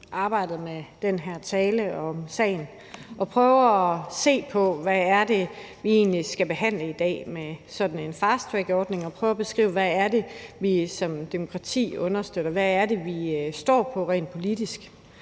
arbejdet med den her tale om sagen. Vi prøver at se på, hvad vi egentlig skal behandle i dag med sådan en fasttrackordning – vi prøver at beskrive, hvad vi som demokrati understøtter. Hvad er det, vi står på rent politisk?